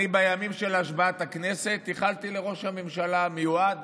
בימים של השבעת הכנסת אני איחלתי הצלחה לראש הממשלה המיועד